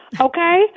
okay